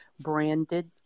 branded